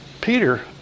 Peter